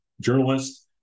journalist